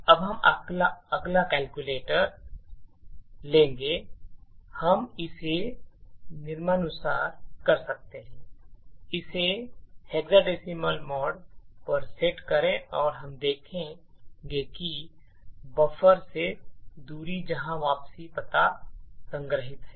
अब हम अपना कैलकुलेटर लेंगे हम इसे निम्नानुसार कर सकते हैं इसे हेक्साडेसिमल मोड पर सेट करें और हम देखेंगे कि बफर से दूरी जहां वापसी पता संग्रहीत है